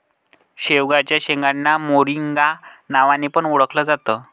शेवग्याच्या शेंगांना मोरिंगा नावाने पण ओळखल जात